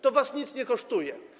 To was nic nie kosztuje.